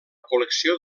col·lecció